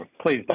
Please